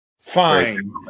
Fine